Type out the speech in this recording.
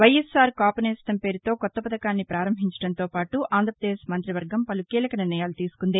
వైఎస్ఆర్ కాపునేస్తం పేరుతో కొత్త పధకాన్ని పారంభించడంతో పాటు ఆంధ్రపదేశ్ మంత్రి వర్గం పలు కీలక నిర్ణయాలు తీసుకుంది